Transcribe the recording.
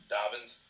Dobbins